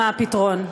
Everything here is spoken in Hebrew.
מה הפתרון: